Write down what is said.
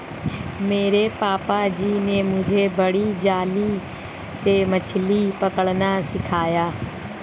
मेरे पापा जी ने मुझे बड़ी जाली से मछली पकड़ना सिखाया